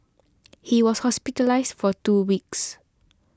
he was hospitalised for two weeks